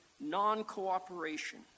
non-cooperation